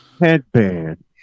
headband